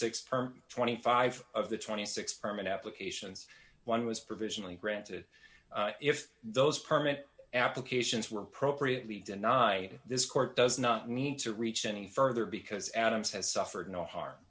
and twenty five of the twenty six permit applications one was provisionally granted if those permit applications were appropriately deny this court does not need to reach any further because adams has suffered no harm